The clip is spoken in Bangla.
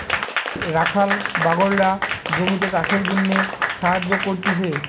রাখাল বাগলরা জমিতে চাষের জিনে সাহায্য করতিছে